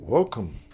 Welcome